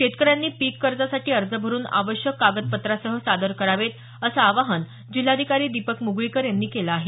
शेतकऱ्यांनी पीक कर्जासाठी अर्ज भरुन आवश्यक कागदपत्रासह सादर करावेत असं आवाहन जिल्हाधिकारी दीपक मुगळीकर यांनी केलं आहे